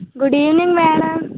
good evening madam